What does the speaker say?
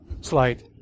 slide